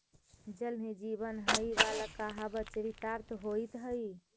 जल ही जीवन हई वाला कहावत चरितार्थ होइत हई